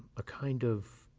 a kind of.